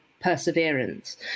perseverance